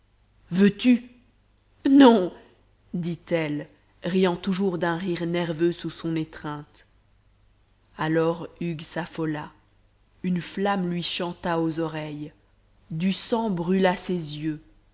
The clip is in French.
veux-tu non dit-elle riant toujours d'un rire nerveux sous son étreinte alors hugues s'affola une flamme lui chanta aux oreilles du sang brûla ses yeux